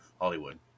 Hollywood